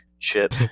chip